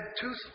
two